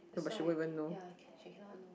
that's why ya she cannot